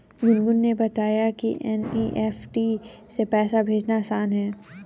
गुनगुन ने बताया कि एन.ई.एफ़.टी से पैसा भेजना आसान है